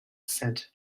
sent